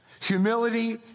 Humility